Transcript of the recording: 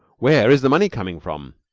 where is the money coming from?